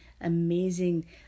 amazing